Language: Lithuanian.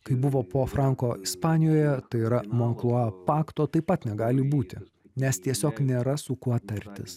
kaip buvo po franko ispanijoje tai yra monklua pakto taip pat negali būti nes tiesiog nėra su kuo tartis